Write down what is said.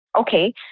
Okay